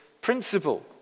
principle